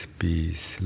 peace